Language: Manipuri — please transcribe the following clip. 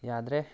ꯌꯥꯗ꯭ꯔꯦ